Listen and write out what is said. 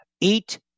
Eat